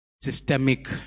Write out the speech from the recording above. systemic